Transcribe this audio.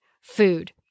food